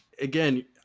Again